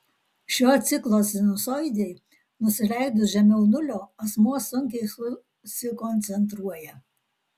šio ciklo sinusoidei nusileidus žemiau nulio asmuo sunkiai susikoncentruoja